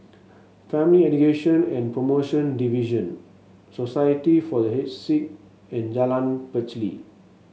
Family Education and Promotion Division Society for The Aged Sick and Jalan Pacheli